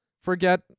Forget